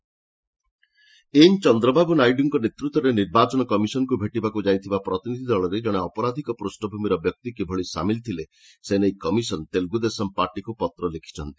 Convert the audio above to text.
EC Naidu N Chandrababu ନାଇଡୁଙ୍କ ନେତୃତ୍ୱରେ ନିର୍ବାଚନ କମିଶନ୍ଙ୍କୁ ଭେଟିବାକୁ ଯାଇଥିବା ପ୍ରତିନିଧି ଦଳରେ ଜଣେ ଅପରାଧିକ ପୃଷ୍ଣଭୂମିର ବ୍ୟକ୍ତି କିଭଳି ସାମିଲ୍ ଥିଲେ ସେନେଇ କମିଶନ୍ ତେଲ୍ରଗ୍ରଦେଶମ୍ ପାର୍ଟିକ୍ ପତ୍ର ଲେଖିଛନ୍ତି